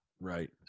Right